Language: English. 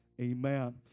Amen